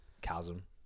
chasm